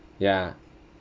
ya